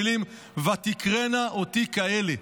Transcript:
ליבת הטיעון של אהרן הכוהן היא במילים "ותקראנה אותי כאלה",